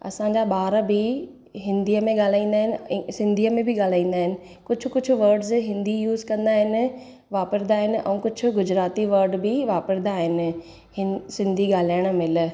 असांजा ॿार बि हिंदीअ में ॻाल्हाईंदा आहिनि ऐं सिंधीअ में बि ॻाल्हाईंदा आहिनि कुझु कुझु वड्स हिंदी यूज़ कंदा आहिनि वापरींदा आहिनि ऐं कुझु गुजराती वड बि वापरींदा आहिनि हिन सिंधी ॻाल्हाइणु महिल